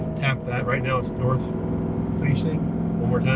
tap that. right now, it's north facing.